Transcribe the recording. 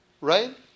Right